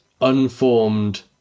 unformed